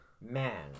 Man